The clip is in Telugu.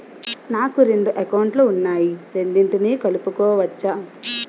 నాకు రెండు అకౌంట్ లు ఉన్నాయి రెండిటినీ కలుపుకోవచ్చా?